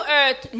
earth